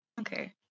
Okay